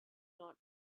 not